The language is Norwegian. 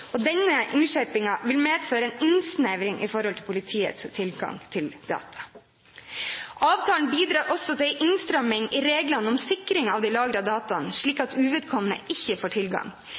og denne innskjerpingen vil medføre en innsnevring i forhold til politiets tilgang til data. Avtalen bidrar også til en innstramming i reglene om sikring av de lagrede dataene, slik at uvedkommende ikke får tilgang.